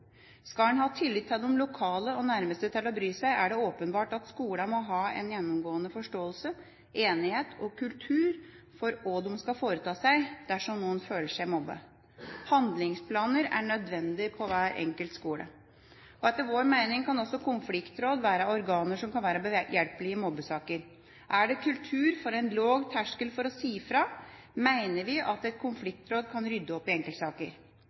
Skal en ha tillit til de lokale og nærmeste til å bry seg, er det åpenbart at skolene må ha en gjennomgående forståelse, enighet og kultur for hva de skal foreta seg dersom noen føler seg mobbet. Handlingsplaner er nødvendig på hver enkelt skole. Etter vår mening kan også konfliktråd være organer som kan være behjelpelige i mobbesaker. Er det kultur for en lav terskel for å si fra, mener vi at et konfliktråd kan rydde opp i enkeltsaker.